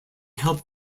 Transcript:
help